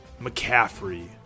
McCaffrey